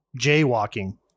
jaywalking